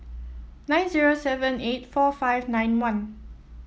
nine zero seven eight four five nine one